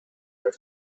her